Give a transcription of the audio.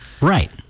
Right